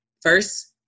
first